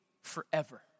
forever